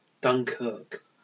Dunkirk